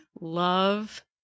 love